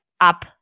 up